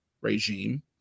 regime